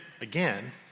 again